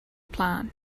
plan